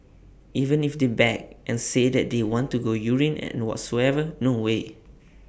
even if they beg and say that they want to go urine and whatsoever no way